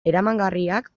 eramangarriak